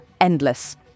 endless